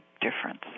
difference